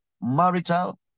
marital